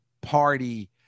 party